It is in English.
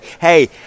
hey